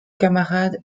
camarades